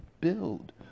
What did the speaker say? build